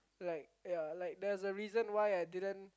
like ya like there's a reason why I didn't